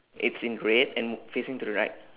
it's in red and m~ facing to the right